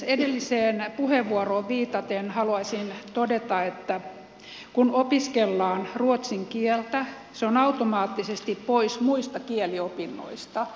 edelliseen puheenvuoroon viitaten haluaisin todeta että kun opiskellaan ruotsin kieltä se on automaattisesti pois muista kieliopinnoista